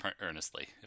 earnestly